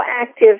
active